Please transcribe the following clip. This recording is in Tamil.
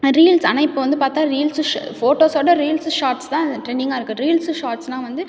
ரீல்ஸ் ஆனால் இப்போ வந்து பார்த்தா ரீல்ஸு ஷ ஃபோட்டோஸோடு ரீல்ஸு ஷார்ட்ஸ் தான் ட்ரெண்டிங்காக இருக்குது ரீல்ஸு ஷார்ட்ஸுலாம் வந்து